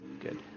good